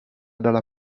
dalla